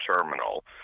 Terminal